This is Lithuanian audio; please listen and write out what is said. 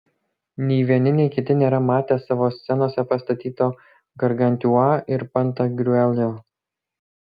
nei vieni nei kiti nėra matę savo scenose pastatyto gargantiua ir pantagriuelio